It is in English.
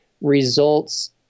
results